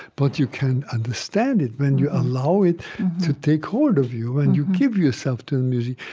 but you can understand it when you allow it to take hold of you, and you give yourself to the music.